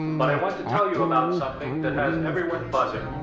but i want to tell you about something that has everyone buzzing,